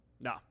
No